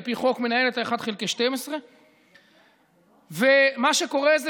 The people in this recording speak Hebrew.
פי חוק מנהל את ה-1 חלקי 12. מה שקורה זה